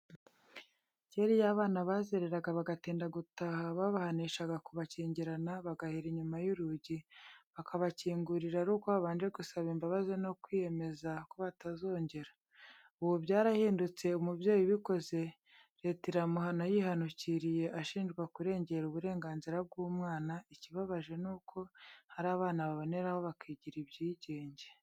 Kera iyo abana bazereraga bagatinda gutaha babahanishaga kubakingirana bagahera inyuma y'urugi, bakabakingurira ari uko babanje gusaba imbabazi no kwiyemeza ko batazongera, ubu byarahindutse umubyeyi ubikoze leta iramuhana yihanukiriye ashinjwa kurengera uburenganzira bw'umwana, ikibabaje ni uko hari abana baboneraho bakigira ibyigenge.